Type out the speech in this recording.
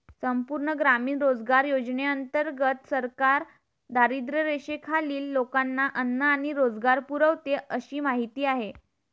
संपूर्ण ग्रामीण रोजगार योजनेंतर्गत सरकार दारिद्र्यरेषेखालील लोकांना अन्न आणि रोजगार पुरवते अशी माहिती आहे